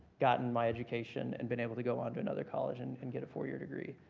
gotten my education and been able to go on to another college and and get a four-year degree.